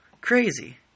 Crazy